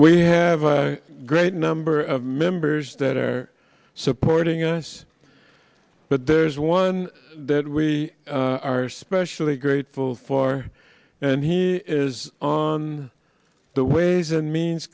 we have a great number of members that are supporting us but there's one that we are especially grateful for and he is on the ways and means